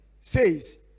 says